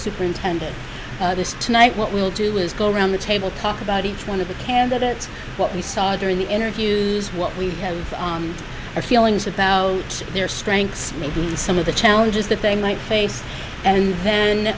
superintended tonight what we'll do is go around the table talk about each one of the candidates what we saw during the interviews what we have on our feelings about their strengths maybe some of the challenges that they might face and then